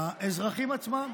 האזרחים עצמם,